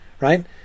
right